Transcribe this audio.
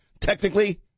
technically